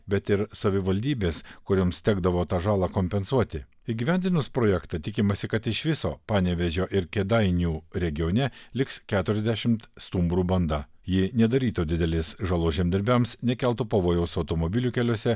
bet ir savivaldybės kurioms tekdavo tą žalą kompensuoti įgyvendinus projektą tikimasi kad iš viso panevėžio ir kėdainių regione liks keturiasdešimt stumbrų banda ji nedarytų didelės žalos žemdirbiams nekeltų pavojaus automobilių keliuose